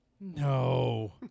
no